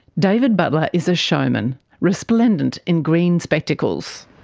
david butler is a showman. resplendent in green spectacles.